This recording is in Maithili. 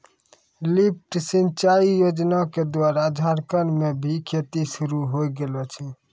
लिफ्ट सिंचाई योजना क द्वारा झारखंड म भी खेती शुरू होय गेलो छै